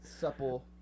supple